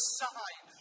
sign